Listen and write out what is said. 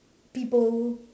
people